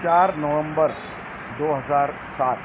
چار نومبر دو ہزار سات